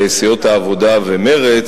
סיעות העבודה ומרצ,